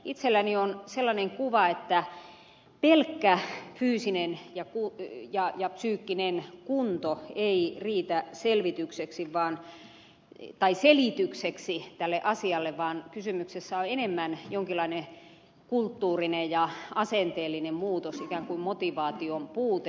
itselläni on sellainen kuva että pelkkä fyysinen ja psyykkinen kunto ei riitä selitykseksi tälle asialle vaan kysymyksessä on enemmän jonkinlainen kulttuurinen ja asenteellinen muutos ikään kuin motivaation puute